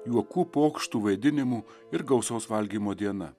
juokų pokštų vaidinimų ir gausos valgymo diena